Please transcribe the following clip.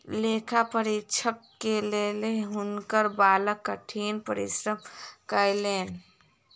लेखा परीक्षक के लेल हुनकर बालक कठिन परिश्रम कयलैन